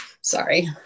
Sorry